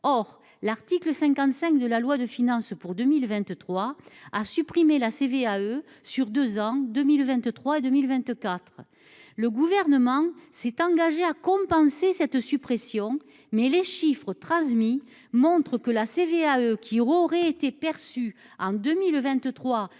Or l'article 55 de la loi de finances pour 2023 entraîne la suppression de la CVAE en deux ans, d'ici à 2024. Le Gouvernement s'est engagé à compenser cette suppression. Toutefois- les chiffres transmis le montrent -, la CVAE qui aurait été perçue en 2023,